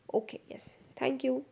okay yes thank you